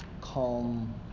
calm